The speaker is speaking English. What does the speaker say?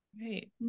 right